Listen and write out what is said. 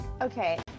okay